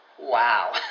wow